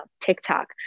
TikTok